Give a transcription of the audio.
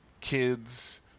kids